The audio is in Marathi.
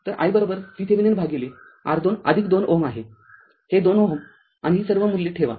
तर i VThevenin भागिले R२२ Ω आहे हे २ Ω आणि ही सर्व मूल्ये ठेवा